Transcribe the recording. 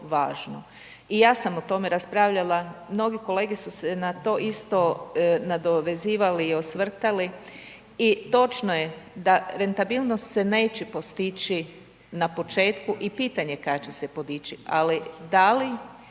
I ja sam o tome raspravljala, mnogi kolege su se na to isto nadovezivali i osvrtali i točno je da rentabilnost se neće postići na početku i pitanje kad će se podići ali da li